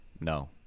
no